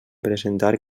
presentar